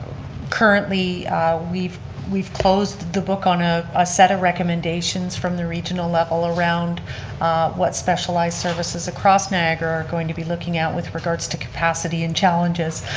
currently we've we've closed the book on a ah set of recommendations from the regional level around what specialized services across niagara are going to be looking at with regards to capacity and challenges.